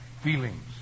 feelings